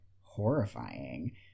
horrifying